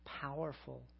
powerful